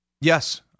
Yes